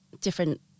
different